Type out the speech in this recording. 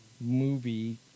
movie